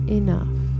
enough